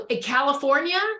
California